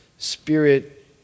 Spirit